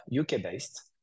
UK-based